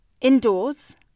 indoors